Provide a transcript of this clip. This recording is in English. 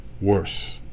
worse